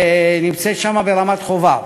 שנמצאת ברמת-חובב